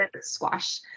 Squash